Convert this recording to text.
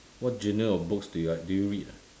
what genre of books do you like do you read ah